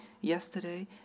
yesterday